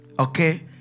Okay